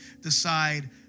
decide